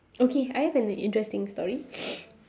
okay I have an interesting story